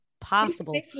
possible